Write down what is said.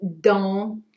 dans